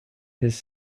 his